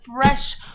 fresh